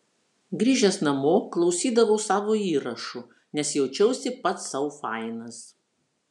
grįžęs namo klausydavau savo įrašų nes jaučiausi pats sau fainas